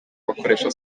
abakoresha